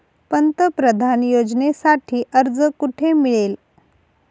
पंतप्रधान योजनेसाठी अर्ज कुठे मिळेल?